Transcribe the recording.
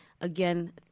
Again